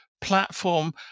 platform